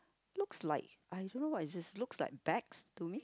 looks like I don't know what is this looks like bags to me